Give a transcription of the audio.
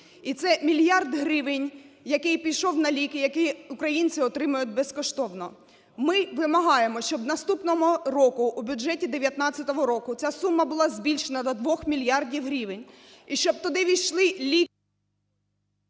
і це мільярд гривень, який пішов на ліки, які українці отримують безкоштовно. Ми вимагаємо, щоб наступного року у бюджеті 19-го року ця сума була збільшена до 2 мільярдів гривень, і щоб туди ввійшли ліки…